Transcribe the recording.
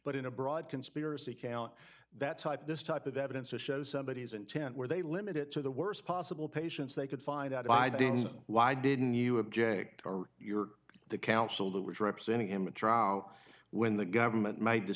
but in a broad conspiracy count that type this type of evidence to show somebody is intent where they limit it to the worst possible patients they could find out by doing that why didn't you object or you're the counsel that was representing him when the government made the